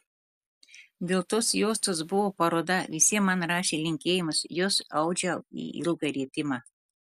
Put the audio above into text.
dėl tos juostos buvo paroda visi man rašė linkėjimus juos audžiau į ilgą rietimą